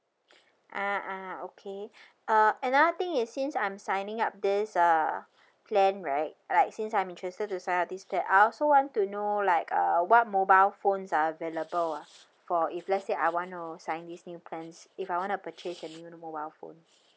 ah ah okay uh another thing is since I'm signing up this uh plan right like since I'm interested to sign up this plan I also want to know like uh what mobile phones are available ah for if let's say I want to sign this new plans if I wanna purchase a new mobile phone